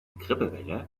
grippewelle